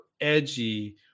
edgy